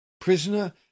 Prisoner